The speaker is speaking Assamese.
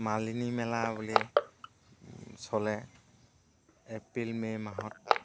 মালিনী মেলা বুলি চলে এপ্ৰিল মে' মাহত